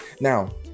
Now